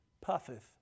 puffeth